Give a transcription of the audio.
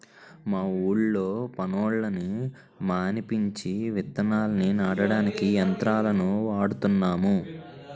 మా ఊళ్ళో పనోళ్ళని మానిపించి విత్తనాల్ని నాటడానికి యంత్రాలను వాడుతున్నాము